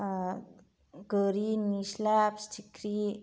आ गोरि निस्ला फिथिख्रि